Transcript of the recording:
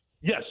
yes